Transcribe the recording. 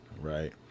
Right